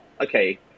okay